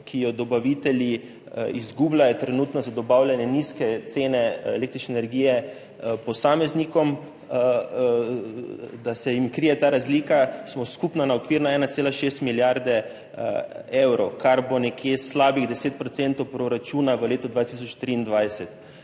ki jo dobavitelji trenutno izgubljajo za dobavljene nizke cene električne energije posameznikom, da se jim krije ta razlika, smo skupno na okvirno 1,6 milijarde evrov, kar bo nekje slabih 10 procentov proračuna v letu 2023.